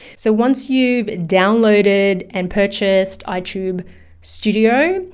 so once you've downloaded and purchased ah itube studio,